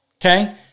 okay